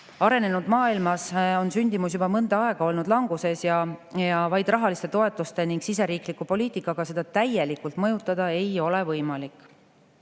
Arenenud maailmas on sündimus juba mõnda aega olnud languses ja vaid rahaliste toetuste ning siseriikliku poliitikaga seda täielikult mõjutada ei ole võimalik,